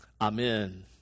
amen